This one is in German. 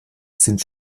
sind